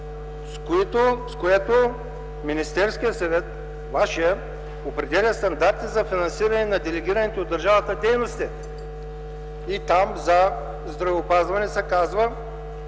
с което Министерският съвет – вашият, определя стандарти за финансиране на делегираните от държавата дейности. Там за здравеопазване се казва,